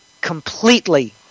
completely